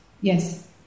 yes